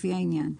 לפי העניין.